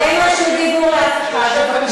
כל עוד, אין רשות דיבור לאף אחד.